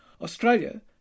Australia